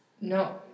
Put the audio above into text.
no